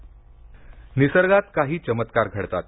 shark निसर्गात काही चमत्कार घडतात